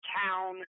town